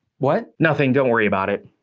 what? nothing, don't worry about it,